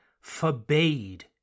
forbade